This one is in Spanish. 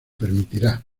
permitirá